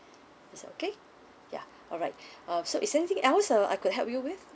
is that okay ya alright uh so is there anything else uh I could help you with